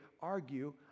argue